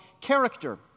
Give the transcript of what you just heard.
character